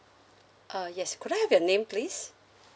uh yes could I have your name please